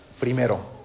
primero